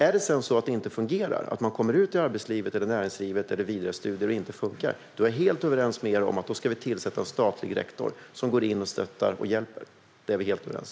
Är det sedan så att det inte fungerar, att man kommer ut i arbetslivet eller näringslivet eller till vidare studier och det inte funkar, då är jag helt överens med er om att vi ska tillsätta en statlig rektor som går in och stöttar och hjälper. Där är vi helt överens.